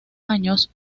años